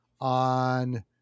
on